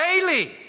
daily